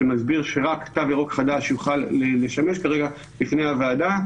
ומסביר שרק תו ירוק החדש יוכל לשמש כרגע בפני הוועדה,